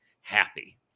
happy